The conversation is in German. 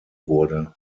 wurde